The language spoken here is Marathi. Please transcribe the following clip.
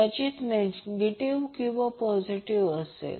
कदाचित नेगिटिव्ह किंवा पॉजिटिव असेल